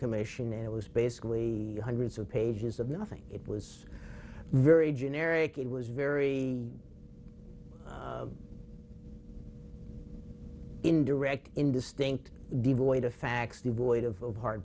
commission and it was basically hundreds of pages of nothing it was very generic it was very indirect indistinct devoid of facts devoid of